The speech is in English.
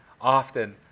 often